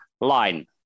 line